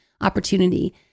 opportunity